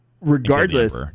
Regardless